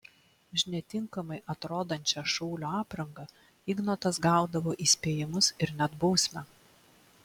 už netinkamai atrodančią šaulio aprangą ignotas gaudavo įspėjimus ir net bausmę